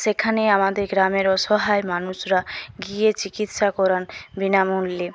সেখানে আমাদের গ্রামের অসহায় মানুষরা গিয়ে চিকিৎসা করান বিনামূল্যে